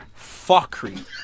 fuckery